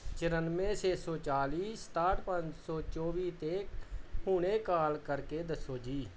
ਚੁਰਾਨਵੇਂ ਛੇ ਸੌ ਚਾਲੀ ਸਤਾਹਟ ਪੰਜ ਸੌ ਚੌਵੀ 'ਤੇ ਹੁਣੇ ਕਾਲ ਕਰਕੇ ਦੱਸੋ ਜੀ